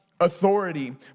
authority